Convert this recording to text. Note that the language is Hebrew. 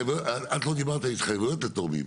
את לא דיברת על התחייבויות לתורמים.